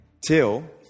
till